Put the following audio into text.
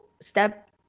step